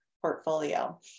portfolio